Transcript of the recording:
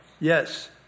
Yes